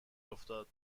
افتاد